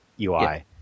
UI